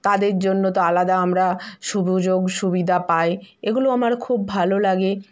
তাদের জন্য তো আলাদা আমরা সুযোগ সুবিধা পাই এগুলো আমার খুব ভালো লাগে